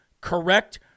Correct